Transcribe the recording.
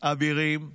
אבירים,